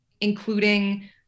including